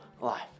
life